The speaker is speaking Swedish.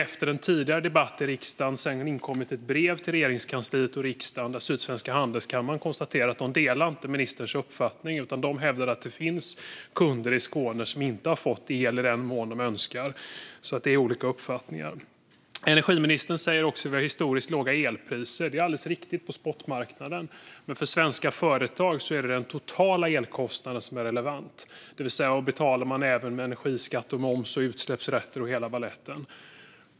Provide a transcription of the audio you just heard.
Efter en tidigare debatt i riksdagen har det inkommit ett brev till Regeringskansliet och riksdagen där Sydsvenska Handelskammaren konstaterar att man inte delar ministerns uppfattning. Man hävdar i stället att det finns kunder i Skåne som inte har fått el i den mån de önskar. Det finns alltså olika uppfattningar där. Energiministern säger också att vi har historiskt låga elpriser, och det är alldeles riktigt på spotmarknaden. För svenska företag är det dock den totala elkostnaden som är relevant, det vill säga vad man betalar även inräknat energiskatt, moms, utsläppsrätter och hela baletten.